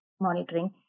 monitoring